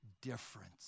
difference